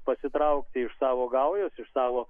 pasitraukti iš savo gaujos iš savo